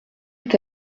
est